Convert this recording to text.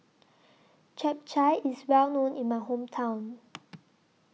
Chap Chai IS Well known in My Hometown